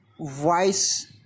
voice